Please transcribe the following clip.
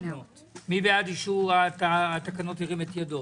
מי בעד אישור התקנות ירים את ידו.